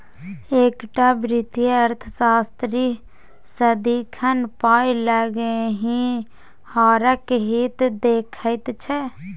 एकटा वित्तीय अर्थशास्त्री सदिखन पाय लगेनिहारक हित देखैत छै